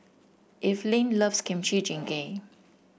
Evelyne loves Kimchi Jjigae